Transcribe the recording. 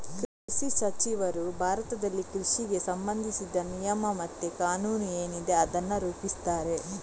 ಕೃಷಿ ಸಚಿವರು ಭಾರತದಲ್ಲಿ ಕೃಷಿಗೆ ಸಂಬಂಧಿಸಿದ ನಿಯಮ ಮತ್ತೆ ಕಾನೂನು ಏನಿದೆ ಅದನ್ನ ರೂಪಿಸ್ತಾರೆ